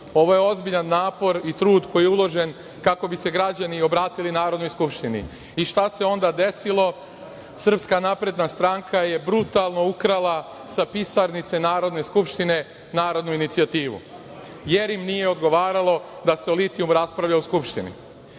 Ovo je ozbiljan napor i trud koji je uložen kako bi se građani obratili Narodnoj skupštini. I šta se onda desilo? Srpska napredna stranka je brutalno ukrala sa pisarnice Narodne skupštine narodnu inicijativu, jer im nije odgovaralo da se o litijumu raspravlja u Skupštini. Nakon